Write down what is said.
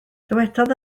dywedodd